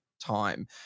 time